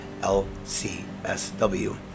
LCSW